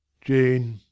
Jean